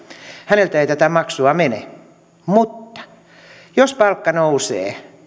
häneltä ei tätä maksua mene mutta jos palkka nousee